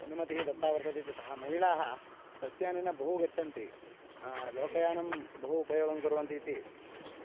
अनुमतिः दत्ता वर्तते इत्यतः महिलाः बस्यानेन बहु गच्छन्ति लोकयानं बहु उपयोगङ् कुर्वन्ति इति